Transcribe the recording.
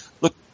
look